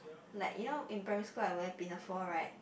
like you know in primary school I wear pinafore right